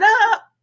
up